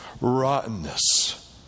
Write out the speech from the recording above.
rottenness